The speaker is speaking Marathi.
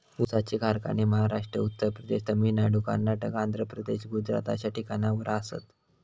ऊसाचे कारखाने महाराष्ट्र, उत्तर प्रदेश, तामिळनाडू, कर्नाटक, आंध्र प्रदेश, गुजरात अश्या ठिकाणावर आसात